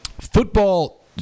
Football